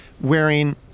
wearing